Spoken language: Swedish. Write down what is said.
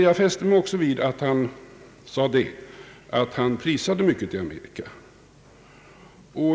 Jag fäste mig också vid att herr Sten Andersson sade att han prisade mycket i USA.